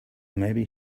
maybe